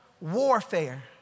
warfare